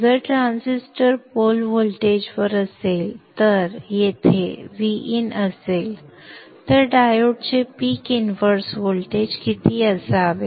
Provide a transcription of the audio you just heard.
जर transistor pole voltage वर असेल तर येथे Vin असेल तर डायोडचे पीक इनव्हर्स व्होल्टेज किती असावे